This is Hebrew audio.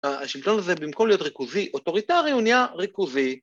‫השלטון הזה במקור להיות ריכוזי, ‫אוטוריטרי הוא נהיה ריכוזי.